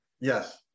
Yes